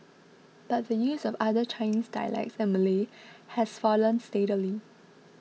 but the use of other Chinese dialects and Malay has fallen steadily